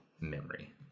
memory